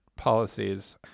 Policies